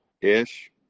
ish